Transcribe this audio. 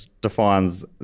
defines